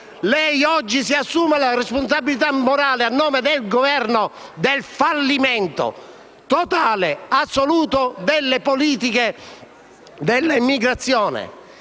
Lei oggi si assume la responsabilità morale, a nome del Governo, del fallimento totale e assoluto delle politiche sull'immigrazione.